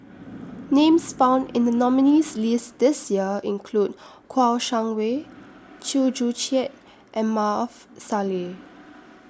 Names found in The nominees' list This Year include Kouo Shang Wei Chew Joo Chiat and Maarof Salleh